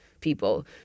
people